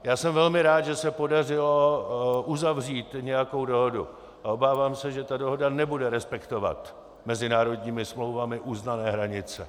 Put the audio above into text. Já jsem velmi rád, že se podařilo uzavřít nějakou dohodu, a obávám se, že ta dohoda nebude respektovat mezinárodními smlouvami uznané hranice.